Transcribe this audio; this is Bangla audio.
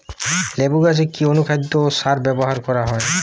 লেবু গাছে কি অনুখাদ্য ও সার ব্যবহার করা হয়?